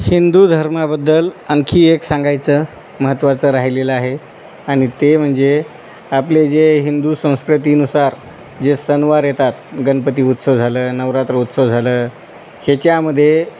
हिंदू धर्माबद्दल आनखी एक सांगायचं महत्त्वाचं राहिलेलं आहे आणि ते म्हणजे आपले जे हिंदू संस्कृती नुसार जे सणवार येतात गणपती उत्सव झालं नवरात्र उत्सव झालं ह्याच्यामध्ये